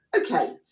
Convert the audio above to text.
okay